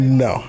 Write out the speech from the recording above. no